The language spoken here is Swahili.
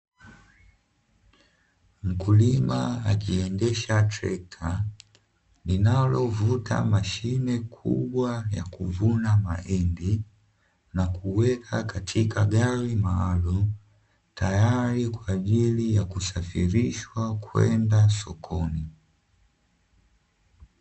Mkulima akiendesha trekta, linalovuta mashine kubwa ya kuvuna mahindi, na kuweka katika gari maalumu, tayari kwa ajili ya kusafirishwa kwenda sokoni.